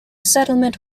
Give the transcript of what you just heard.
settlement